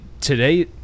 today